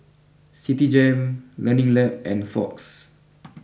Citigem Learning Lab and Fox